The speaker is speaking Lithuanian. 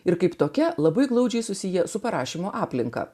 ir kaip tokia labai glaudžiai susiję su parašymo aplinka